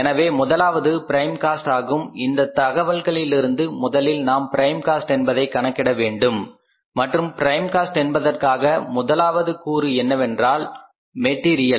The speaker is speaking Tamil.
எனவே முதலாவது பிரைம் காஸ்ட் ஆகும் இந்த தகவல்களிலிருந்து முதலில் நாம் பிரைம் காஸ்ட் என்பதை கணக்கிட வேண்டும் மற்றும் பிரைம் காஸ்ட் என்பதற்கான முதலாவது கூறு என்னவென்றால் மெட்டீரியல்